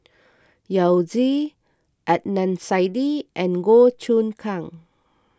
Yao Zi Adnan Saidi and Goh Choon Kang